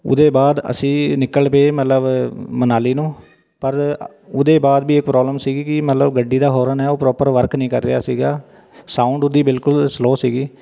ਉਹਦੇ ਬਾਅਦ ਅਸੀਂ ਨਿਕਲ ਪਏ ਮਤਲਬ ਮਨਾਲੀ ਨੂੰ ਪਰ ਉਹਦੇ ਬਾਅਦ ਵੀ ਇਹ ਪ੍ਰੋਬਲਮ ਸੀਗੀ ਕਿ ਮਤਲਬ ਗੱਡੀ ਦਾ ਹੋਰਨ ਹੈ ਉਹ ਪ੍ਰੋਪਰ ਵਰਕ ਨਹੀਂ ਕਰ ਰਿਹਾ ਸੀਗਾ ਸਾਊਂਡ ਉਹਦੀ ਬਿਲਕੁਲ ਸਲੋ ਸੀਗੀ